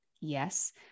Yes